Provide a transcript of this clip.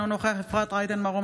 אינו נוכח אפרת רייטן מרום,